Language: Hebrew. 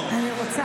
אני רוצה